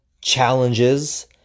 challenges